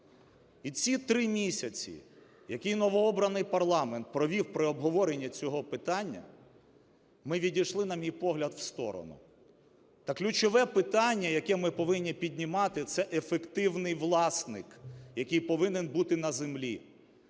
І ці 3 місяці, які новообраний парламент провів при обговоренні цього питання, ми відійшли, на мій погляд, в сторону. Та ключове питання, яке ми повинні піднімати, – це ефективний власник, який повинен бути на землі.